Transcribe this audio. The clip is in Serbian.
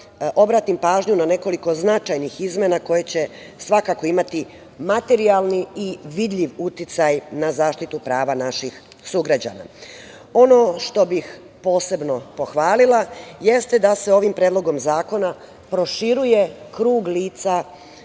obratim pažnju na nekoliko značajnih izmena koje će svakako imati materijalni i vidljiv uticaj na zaštitu prava naših sugrađana. Ono što bih posebno pohvalila jeste da se ovim predlogom zakona proširuje krug lica